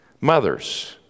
Mothers